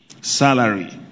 salary